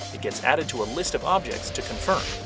it gets added to a list of objects to confirm.